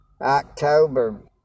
October